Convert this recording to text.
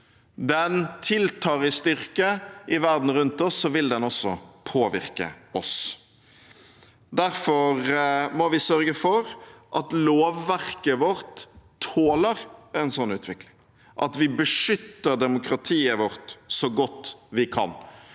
den tiltar i styrke i verden rundt oss, vil den også påvirke oss. Derfor må vi sørge for at lovverket vårt tåler en sånn utvikling, og at vi beskytter demokratiet vårt så godt vi kan.